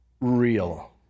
real